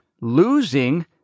losing